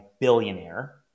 billionaire